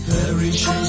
Perish